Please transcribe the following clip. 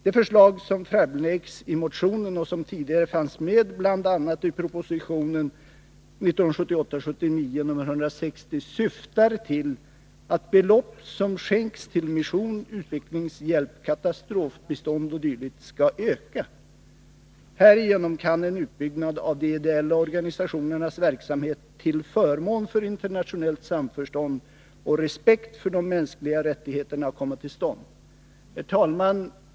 Det förslag som framläggs i motionen och som tidigare fanns med bl.a. i proposition 1978/79:160 syftar till att belopp som skänks till mission, utvecklingshjälp, katastrofbistånd o. d. skall öka. Härigenom kan en utbyggnad av de ideella organisationernas verksamhet till förmån för internationellt samförstånd och respekt för de mänskliga rättigheterna komma till stånd. Herr talman!